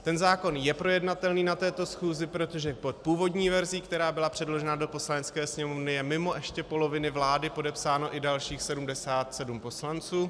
Ten zákon je projednatelný na této schůzi, protože pod původní verzí, která byla předložena do Poslanecké sněmovny, je mimo ještě poloviny vlády podepsáno i dalších 77 poslanců.